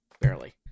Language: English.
barely